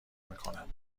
میکنم